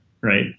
right